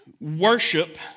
worship